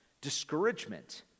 Discouragement